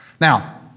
Now